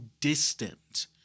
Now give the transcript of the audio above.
distant